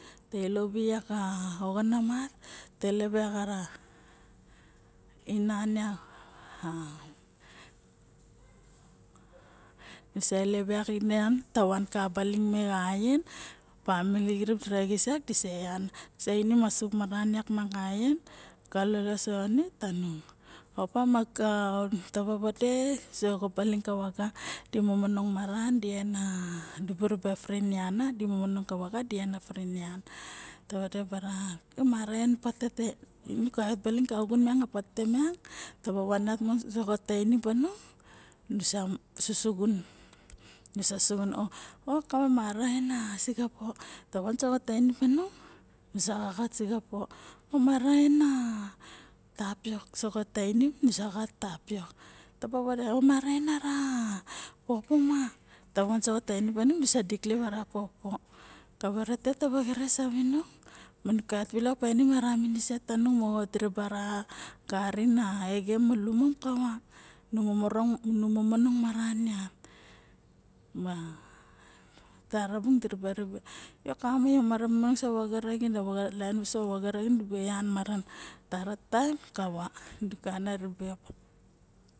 Ta elo vi yak ka oxona mat ta elep yak a wan miang nu obaling me xa axien family xiri dira nirix yak disa eyan yak disa inim a sup maran miang ka axien ka lolose eone tanung opa ma taba vade ure baling wa vaga di momonog maran di ena dibu ribe fri nian tavade bara mar en patete mu kaiot baling ka xun patete mu kaiot baling ka xun patete miang nusa susuxun okava mara ena sixapo. tavan soxa tanim panung nusa xaxat sixapo, o mara ena tapiok nu sa vanso xa tainim nusa xaxat tapiok taba vade, o mara ena ra popo ma nu vanso xa tanim nusa diklep popo, kave ras tet taba xerexes, savinun man kaiot bilok ka ilep miniset tanung o diraba ra ba baling i exem ma lumom kava, nu mononong ribe yo kama meyo mara momonong ra vaga kaxin voso xa vga raxin dibu eyan maran tara kava digana ribe opa.